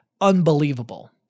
unbelievable